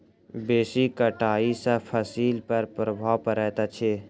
बेसी कटाई सॅ फसिल पर प्रभाव पड़ैत अछि